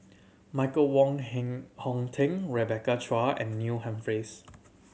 Michael Wong Hong Teng Rebecca Chua and Neil Humphreys